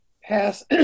pass